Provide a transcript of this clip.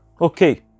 okay